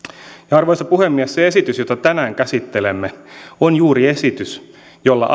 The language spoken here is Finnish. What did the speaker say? arvoisa puhemies se esitys jota tänään käsittelemme on juuri esitys jolla